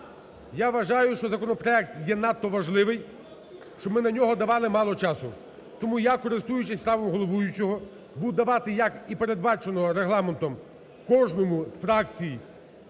Я вважаю, що законопроект є надто важливий, щоб ми на нього давали мало часу. Тому я, користуючись правом головуючого, буду давати, як і передбачено Регламентом, кожному з фракцій